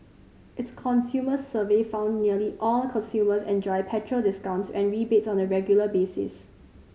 its consumer survey found nearly all consumers enjoy petrol discounts and rebates on a regular basis